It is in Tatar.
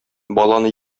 баланы